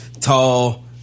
tall